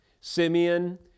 Simeon